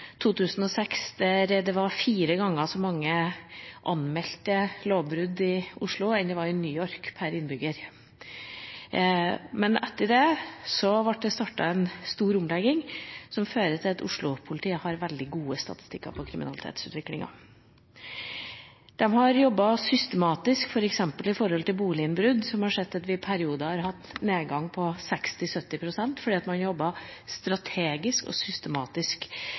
2006, da det var fire ganger så mange anmeldte lovbrudd per innbygger i Oslo som i New York. Men etter det ble det startet en stor omlegging, som førte til at Oslo-politiet har veldig gode statistikker når det gjelder kriminalitetsutviklinga. De har jobbet systematisk med f.eks. boliginnbrudd, som har gjort at vi i perioder har hatt en nedgang på 60–70 pst., fordi man har jobbet strategisk og systematisk